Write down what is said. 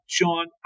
Sean